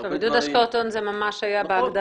בעידוד השקעות הון זה ממש היה בהגדרה.